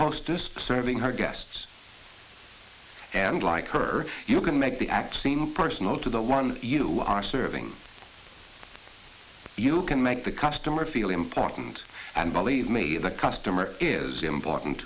hostess serving her guests and like her you can make the act seem personal to the one you are serving you can make the customer feel important and believe me the customer is important